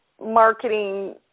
marketing